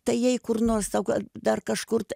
tai jei kur nors o ga dar kažkur t